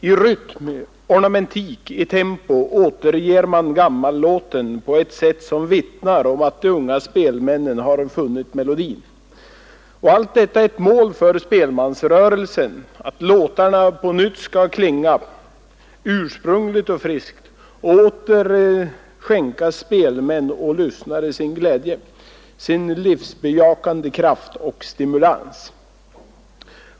I rytm, i ornamentik, i tempo återger man gammallåten på ett sätt som vittnar om att de unga spelmännen har funnit melodin. Och allt detta är ett mål för spelmansrörelsen — att låtarna på nytt ska klinga ursprungligt och friskt och åter skänka spelmän och lyssnare sin glädje, sin livsbejakande kraft och stimulans.